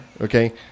okay